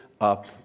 up